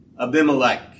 Abimelech